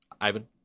Ivan